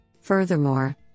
Furthermore